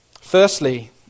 Firstly